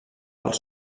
els